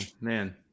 Man